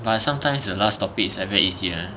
but sometimes the last topic is like very easy [one]